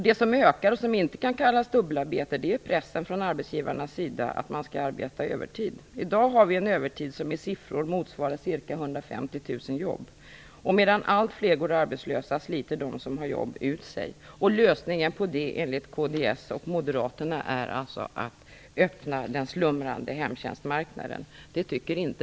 Det som ökar och som inte kan kallas dubbelarbete är ju pressen från arbetsgivarna på att man skall arbeta övertid. I dag har vi en övertid som i siffror motsvarar 150 000 jobb. Medan allt fler går arbetslösa sliter de som har jobb ut sig. Lösningen på detta är enligt kds och moderaterna att man skall öppna den slumrande hemtjänstmarknaden. Det tycker inte